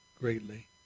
Greatly